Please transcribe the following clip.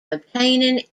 obtaining